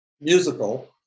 musical